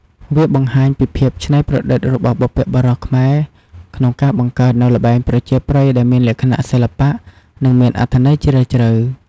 វាបង្ហាញពីភាពច្នៃប្រឌិតរបស់បុព្វបុរសខ្មែរក្នុងការបង្កើតនូវល្បែងប្រជាប្រិយដែលមានលក្ខណៈសិល្បៈ និងមានអត្ថន័យជ្រាលជ្រៅ។